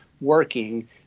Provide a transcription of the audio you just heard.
working